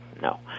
No